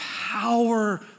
power